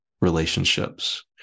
relationships